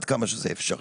עד כמה שזה אפשרי.